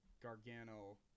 Gargano